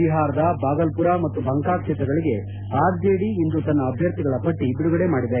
ಬಿಹಾರದ ಬಾಗಲ್ಪುರ ಮತ್ತು ಭಂಕಾ ಕ್ಷೇತ್ರಗಳಿಗೆ ಆರ್ಜೆಡಿ ಇಂದು ತನ್ನ ಅಭ್ಯರ್ಥಿಗಳ ಪಟ್ಟ ಬಿಡುಗಡೆ ಮಾಡಿದೆ